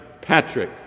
Patrick